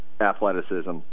athleticism